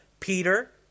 Peter